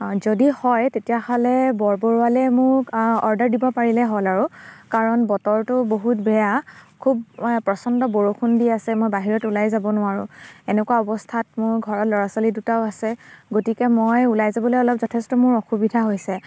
অঁ যদি হয় তেতিয়াহ'লে বৰবৰুৱালে মোক অৰ্ডাৰ দিব পাৰিলে হ'ল আৰু কাৰণ বতৰটো বহুত বেয়া খুব প্ৰচণ্ড বৰষুণ দি আছে মই বাহিৰত ওলাই যাব নোৱাৰোঁ এনেকুৱা অৱস্থাত মোৰ ঘৰত ল'ৰা ছোৱালী দুটাও আছে গতিকে মই ওলাই যাবলৈ অলপ যথেষ্ট মোৰ অসুবিধা হৈছে